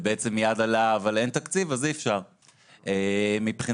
ומיד עלה שאין תקציב, אז אי-אפשר, מבחינתנו,